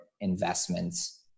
investments